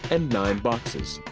and nine boxes.